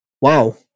Wow